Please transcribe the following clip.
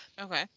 okay